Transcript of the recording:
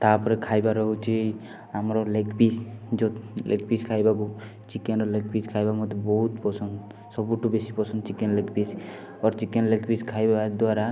ତା'ପରେ ଖାଇବାର ହେଉଛି ଆମର ଲେଗ୍ ପିସ୍ ଯେଉଁ ଲେଗ୍ ପିସ୍ ଖାଇବାକୁ ଚିକେନ୍ ଲେଗ୍ ପିସ୍ ଖାଇବାକୁ ମୋତେ ବହୁତ ପସନ୍ଦ ସବୁଠୁ ବେଶି ପସନ୍ଦ chicken leg piece or chicken leg piece ଖାଇବା ଦ୍ଵାରା